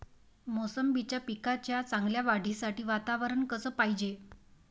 मोसंबीच्या पिकाच्या चांगल्या वाढीसाठी वातावरन कस पायजे?